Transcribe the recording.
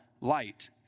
light